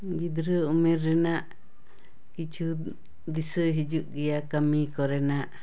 ᱜᱤᱫᱽᱨᱟᱹ ᱩᱢᱮᱨ ᱨᱮᱱᱟᱜ ᱠᱤᱪᱷᱩ ᱫᱤᱥᱟᱹ ᱦᱤᱡᱩᱜ ᱜᱮᱭᱟ ᱠᱟᱹᱢᱤ ᱠᱚᱨᱮᱱᱟᱜ